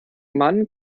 mann